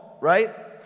right